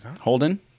Holden